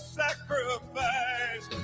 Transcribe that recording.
sacrifice